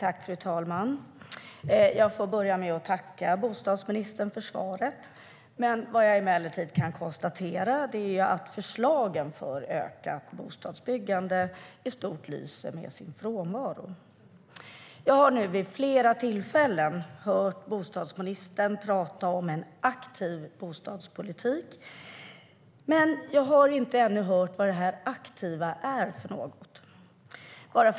Fru talman! Jag vill börja med att tacka bostadsministern för svaret. Men jag kan konstatera att förslagen för ökat bostadsbyggande i stort lyser med sin frånvaro. Jag har nu vid flera tillfällen hört bostadsministern tala om en aktiv bostadspolitik, men jag har ännu inte hört vad det aktiva är för något.